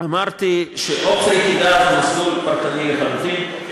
אמרתי: אופציה אחת היא מסלול פרטני לחלוטין,